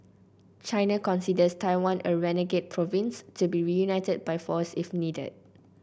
China considers Taiwan a renegade province to be reunited by force if needed